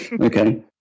Okay